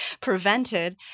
prevented